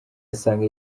asanga